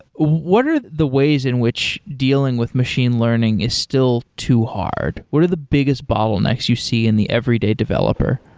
what are the ways in which dealing with machine learning is still too hard? what are the biggest bottlenecks you see in the everyday developer?